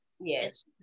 Yes